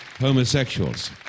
homosexuals